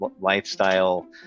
lifestyle